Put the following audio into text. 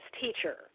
teacher